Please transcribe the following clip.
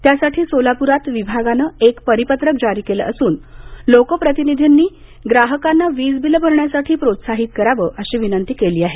त्यासाठी सोलापुरात विभागानं एक परिपत्रक जारी केलं असून लोकप्रतिनिधीनी ग्राहकांना वीज बिलं भरण्यासाठी प्रोत्साहित करावं अशी विनंती केली आहे